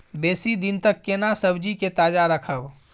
बेसी दिन तक केना सब्जी के ताजा रखब?